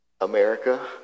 America